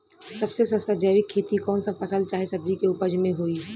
सबसे सस्ता जैविक खेती कौन सा फसल चाहे सब्जी के उपज मे होई?